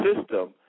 system